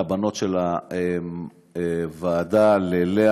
לבנות של הוועדה: ללאה,